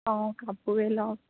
অঁ কাপোৰে ল'ম